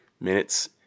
minutes